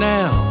now